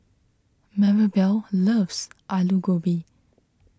Maribel loves Alu Gobi